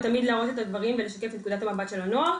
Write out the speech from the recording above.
ותמיד להראות את הדברים ולשקף את נקודת המבט של הנוער.